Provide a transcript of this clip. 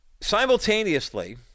simultaneously